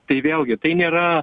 tai vėlgi tai nėra